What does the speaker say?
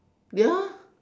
ya